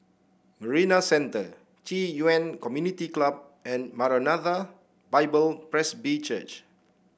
Marina Centre Ci Yuan Community Club and Maranatha Bible Presby Church